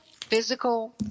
physical